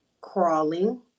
crawling